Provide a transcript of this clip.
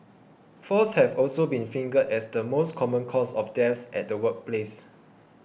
falls have also been fingered as the most common cause of deaths at the workplace